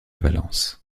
valence